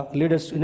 leaders